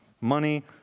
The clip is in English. Money